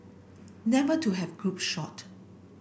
never to have group shot